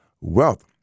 Wealth